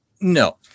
No